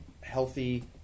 healthy